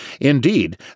Indeed